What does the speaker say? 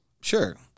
Sure